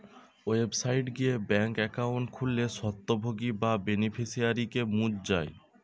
website গিয়ে bank account খুললে স্বত্বভোগী বা বেনিফিশিয়ারিকে মুছ যায়